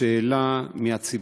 שאלה מהציבור.